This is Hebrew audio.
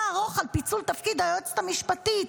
ארוך על פיצול תפקיד היועצת המשפטית.